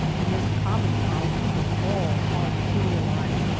the most common clouds of all are the cumuli.